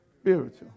spiritual